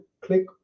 click